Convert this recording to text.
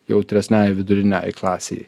jautresnei viduriniajai klasei